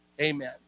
Amen